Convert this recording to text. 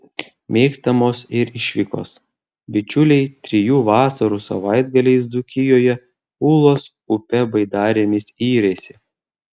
mėgstamos ir išvykos bičiuliai trijų vasarų savaitgaliais dzūkijoje ūlos upe baidarėmis yrėsi